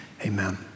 Amen